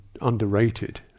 underrated